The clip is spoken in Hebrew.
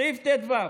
סעיף ט"ו: